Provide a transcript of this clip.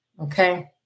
Okay